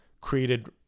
created